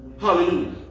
Hallelujah